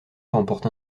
remporte